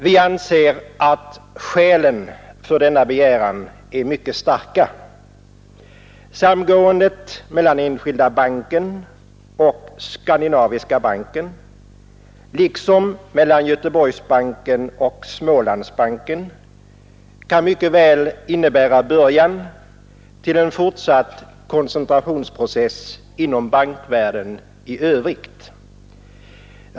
Vi anser att skälen för denna begäran är mycket starka. Samgåendet mellan Enskilda banken och Skandinaviska banken liksom mellan Göteborgsbanken och Smålandsbanken kan mycket väl innebära början till en fortsatt koncentrationsprocess inom bankvärlden i Övrigt.